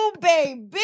baby